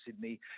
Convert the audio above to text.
Sydney